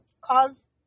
cause